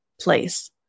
place